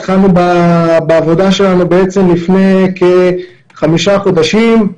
התחלנו בעבודה שלנו לפני כחמישה חודשים.